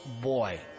boy